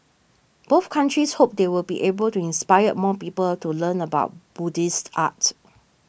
both countries hope they will be able to inspire more people to learn about Buddhist art